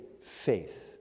faith